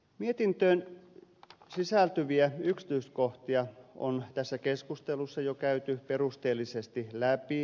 mietintöön sisältyviä yksityiskohtia on tässä keskustelussa jo käyty perusteellisesti läpi